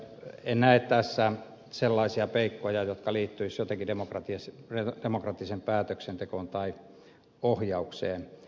en näe tässä sellaisia peikkoja jotka liittyisivät jotenkin demokraattiseen päätöksentekoon tai ohjaukseen